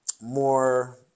More